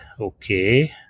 okay